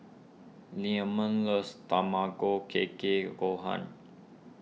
Leamon loves Tamago Kake Gohan